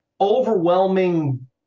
overwhelming